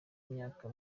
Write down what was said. myaka